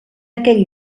aquell